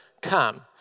come